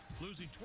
losing